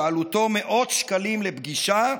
שעלותו מאות שקלים לפגישה,